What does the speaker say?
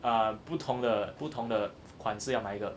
呃不同的不同的款式要买一个